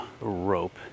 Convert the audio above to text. rope